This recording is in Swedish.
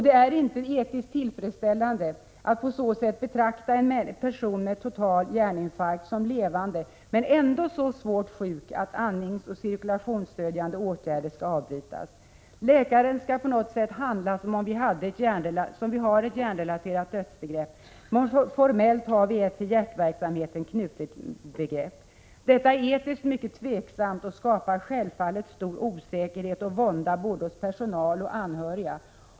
Det är inte etiskt tillfredsställande att på så sätt betrakta en person med total hjärninfarkt som levande men ändå som så svårt sjuk att andningsoch cirkulationsstödjande åtgärder skall avbrytas. Läkaren skall handla som om vi har ett hjärnrelaterat dödsbegrepp —- formellt har vi ändå ett till hjärtverksamheten knutet begrepp. Detta är etiskt mycket tveksamt och skapar självfallet stor osäkerhet och vånda hos både personal och anhöriga.